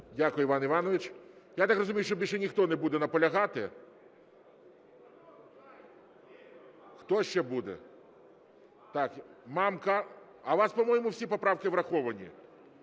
Дякую, Іван Іванович. Я так розумію, що більше ніхто не буде наполягати. Хто ще буде? Так, Мамка. А у вас, по-моєму, всі поправки враховані.